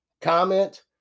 comment